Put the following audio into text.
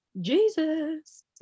Jesus